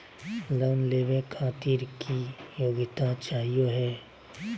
Loan लेवे खातीर की योग्यता चाहियो हे?